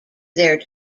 their